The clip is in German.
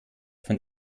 von